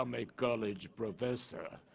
um a college professor,